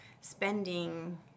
spending